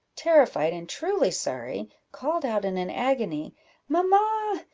terrified, and truly sorry, called out in an agony mamma,